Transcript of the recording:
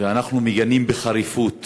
ואנחנו מגנים בחריפות